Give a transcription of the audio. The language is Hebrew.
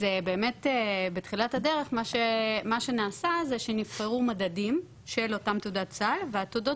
אז באמת בתחילת הדרך מה שנעשה זה שנבחרו מדדים של אותן תעודות סל ותעודות